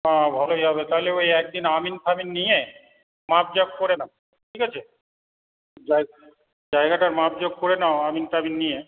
হ্যাঁ ভালোই হবে তাহলে ওই একদিন আমিন ফামিন নিয়ে মাপজোক করে নাও ঠিক আছে জায়গাটার মাপজোক করে নাও আমিন টামিন নিয়ে